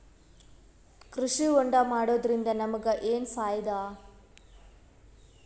ಕೃಷಿ ಹೋಂಡಾ ಮಾಡೋದ್ರಿಂದ ನಮಗ ಏನ್ ಫಾಯಿದಾ?